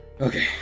Okay